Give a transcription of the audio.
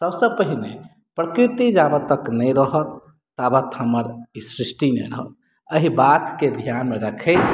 सभसँ पहिने प्रकृति जाबत तक नहि रहत ताबत हमर एहि सृष्टिमे नहि रहब एहि बातकेँ ध्यानमे रखैत